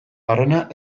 barrena